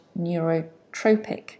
neurotropic